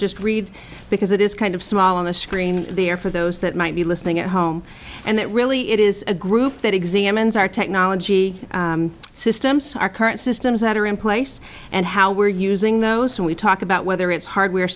just read because it is kind of small on the screen there for those that might be listening at home and that really it is a group that examines our technology systems our current systems that are in place and how we're using those and we talk about whether it's hardware